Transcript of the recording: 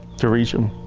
to reach them.